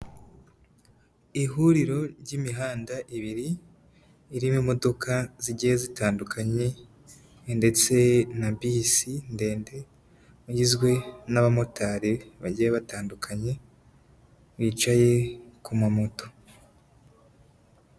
Ihuriro ry'imihanda ibiri irimo imodoka zigiye zitandukanye ndetse na bisi ndende, ugizwe n'abamotari bagiye batandukanye bicaye ku mamoto.